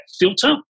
filter